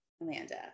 Amanda